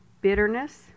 bitterness